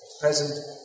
...present